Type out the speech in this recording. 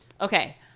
Okay